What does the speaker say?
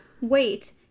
Wait